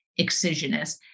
excisionist